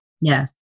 Yes